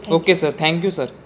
okay sir thank you sir